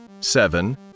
seven